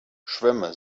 schwämme